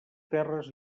terres